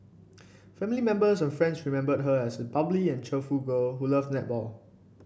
family members and friends remembered her as a bubbly and cheerful girl who loved netball